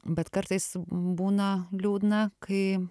bet kartais būna liūdna kai